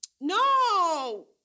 no